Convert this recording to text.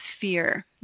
fear